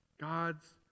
God's